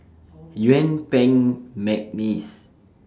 Yuen Peng Mcneice